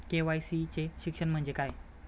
KYC चे शिक्षण म्हणजे काय?